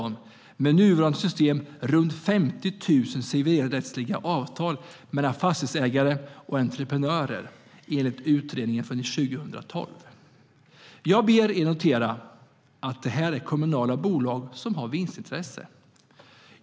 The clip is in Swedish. Med nuvarande system finns runt 50 000 civilrättsliga avtal mellan fastighetsägare och entreprenörer, enligt utredningen från 2012. Jag ber er notera att det är fråga om kommunala bolag med vinstintresse.